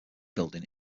building